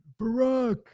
Barack